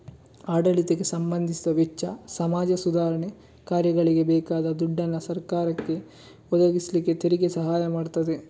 ಆಡಳಿತಕ್ಕೆ ಸಂಬಂಧಿಸಿದ ವೆಚ್ಚ, ಸಮಾಜ ಸುಧಾರಣೆ ಕಾರ್ಯಗಳಿಗೆ ಬೇಕಾದ ದುಡ್ಡನ್ನ ಸರಕಾರಕ್ಕೆ ಒದಗಿಸ್ಲಿಕ್ಕೆ ತೆರಿಗೆ ಸಹಾಯ ಮಾಡ್ತದೆ